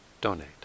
donate